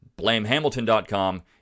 BlameHamilton.com